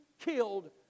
killed